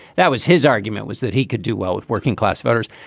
that was his argument, was that he could do well with working class voters.